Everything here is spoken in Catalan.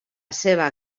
seva